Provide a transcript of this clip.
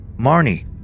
Marnie